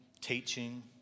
teaching